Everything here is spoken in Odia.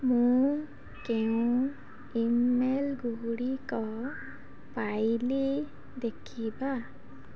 ମୁଁ କେଉଁ ଇମେଲ୍ ଗୁଡ଼ିକ ପାଇଲି ଦେଖିବା